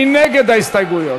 מי נגד ההסתייגויות?